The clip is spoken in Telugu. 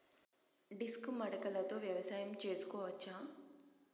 డిస్క్ మడకలతో వ్యవసాయం చేసుకోవచ్చా??